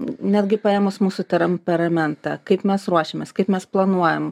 netgi paėmus mūsų teramperamentą kaip mes ruošiamės kaip mes planuojam